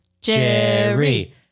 Jerry